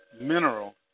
mineral